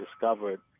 discovered